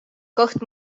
koht